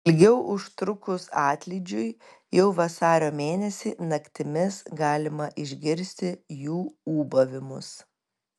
ilgiau užtrukus atlydžiui jau vasario mėnesį naktimis galima išgirsti jų ūbavimus